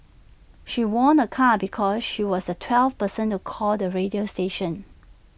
she won A car because she was the twelfth person to call the radio station